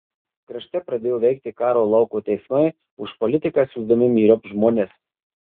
krašte pradėjo veikti karo lauko teismai už politiką siųsdami myriop žmones